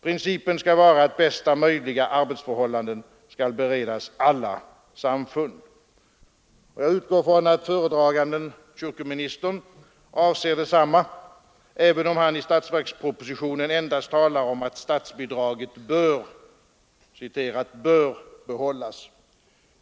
Principen skall vara att bästa möjliga arbetsförhållanden skall beredas alla samfund. Jag utgår ifrån att föredragande kyrkominister anser detsamma, även om han i statsverkspropositionen endast talar om att statsbidraget ”bör” behållas.